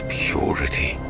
purity